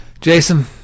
Jason